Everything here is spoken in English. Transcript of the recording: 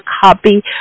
copy